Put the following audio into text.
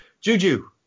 Juju